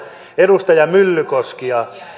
edustaja myllykoskia